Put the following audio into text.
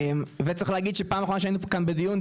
וגם צריך להגיד שפעם אחרונה שהיינו כאן בדיון,